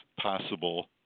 possible